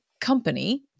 Company